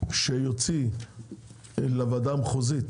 שיוציא לוועדה המחוזית